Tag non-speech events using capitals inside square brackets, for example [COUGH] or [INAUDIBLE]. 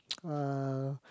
[NOISE] uh